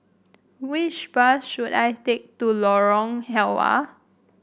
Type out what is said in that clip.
which bus should I take to Lorong Halwa